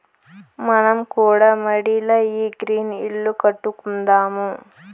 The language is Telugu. మనం కూడా మడిల ఈ గ్రీన్ ఇల్లు కట్టుకుందాము